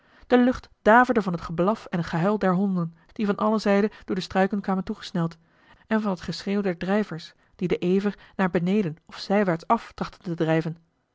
de lucht daverde van het geblaf en gehuil der honden die van alle zijden door de struiken kwamen toegesneld en van het geschreeuw der drijvers die den ever naar beneden of zijwaarts af trachtten te drijven